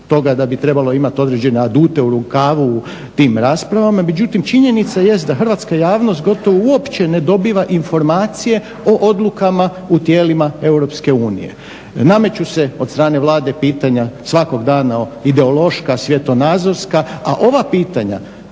da bi trebalo imati određene adute u rukavu u tim raspravama međutim činjenica jest da hrvatska javnost gotovo uopće ne dobiva informacije o odlukama u tijelima EU. Nameću se od strane Vlade pitanja svakog dana ideološka, svjetonazorska a ova pitanja